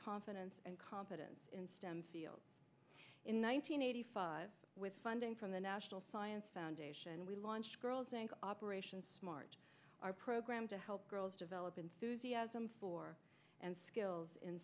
confidence and competence in stem fields in one nine hundred eighty five with funding from the national science foundation we launched girls inc operation smart our program to help girls develop enthusiasm for and skills in